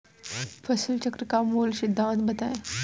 फसल चक्र का मूल सिद्धांत बताएँ?